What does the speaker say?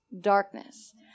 darkness